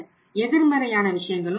எதிர்மறையான விஷயங்களும் உள்ளன